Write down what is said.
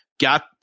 Got